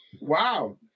Wow